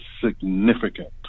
significant